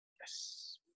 Yes